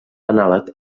anàleg